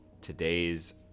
today's